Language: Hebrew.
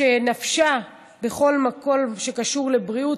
שנפשה בכל מה שקשור לבריאות,